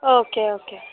okay okay